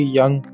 young